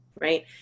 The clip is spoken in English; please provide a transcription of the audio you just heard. right